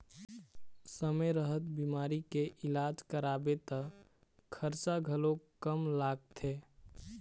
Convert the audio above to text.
समे रहत बिमारी के इलाज कराबे त खरचा घलोक कम लागथे